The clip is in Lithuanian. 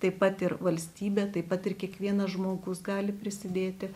taip pat ir valstybė taip pat ir kiekvienas žmogus gali prisidėti